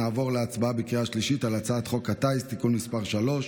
נעבור להצבעה בקריאה השלישית על הצעת חוק הטיס (תיקון מס' 3),